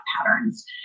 patterns